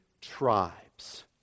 tribes